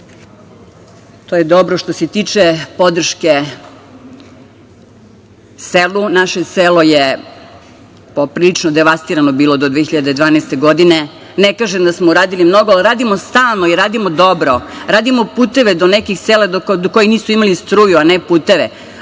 To je dobro. Što se tiče podrške selu, naše selo je poprilično devastirano bilo do 2012. godine. Ne kažem da smo uradili mnogo, ali radimo stalno i radimo dobro. Radimo puteve do nekih sela do kojih nisu imali struju, a ne puteve.